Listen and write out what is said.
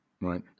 Right